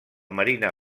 marina